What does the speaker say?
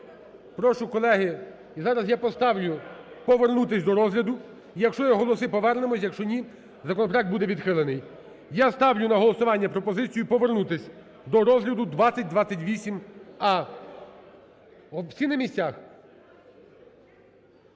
Прошу, колеги, я зараз я поставлю повернутись до розгляду. Якщо є голоси, повернемось, якщо ні – законопроект буде відхилений. Я ставлю на голосування пропозицію повернутись до розгляду 2028а. Всі на місцях?